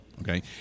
okay